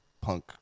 punk